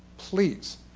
please,